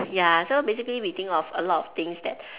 ya so basically we think of a lot of things that